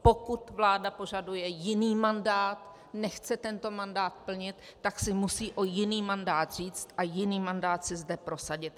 Pokud vláda požaduje jiný mandát, nechce tento mandát plnit, tak si musí o jiný mandát říct a jiný mandát si zde prosadit.